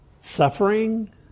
suffering